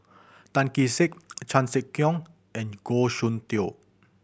Tan Kee Sek Chan Sek Keong and Goh Soon Tioe